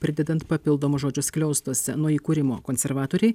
pridedant papildomų žodžių skliaustuose nuo įkūrimo konservatoriai